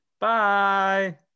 Bye